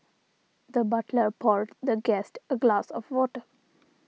the butler poured the guest a glass of water